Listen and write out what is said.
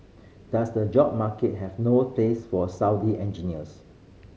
does the job market have no place for Saudi engineers